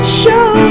show